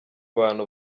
bantu